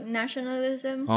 nationalism